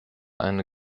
eine